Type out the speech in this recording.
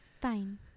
Fine